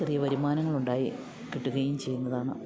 ചെറിയ വരുമാനങ്ങളുണ്ടായി കിട്ടുകയും ചെയ്യുന്നതാണ്